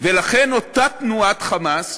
ולכן אותה תנועת "חמאס",